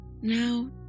Now